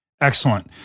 Excellent